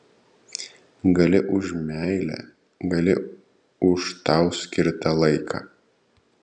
gali už meilę gali už tau skirtą laiką